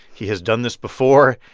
he has done this before.